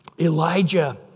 Elijah